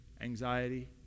anxiety